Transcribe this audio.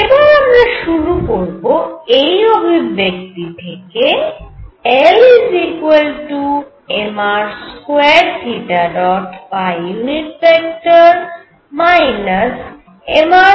এবার আমরা শুরু করব এই অভিব্যক্তি থেকে L mr2 mr2sinθ